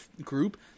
group